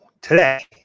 today